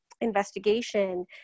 investigation